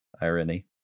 irony